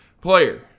player